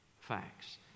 facts